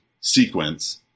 sequence